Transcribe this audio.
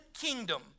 kingdom